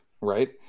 right